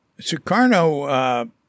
Sukarno